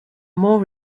more